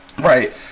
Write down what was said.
Right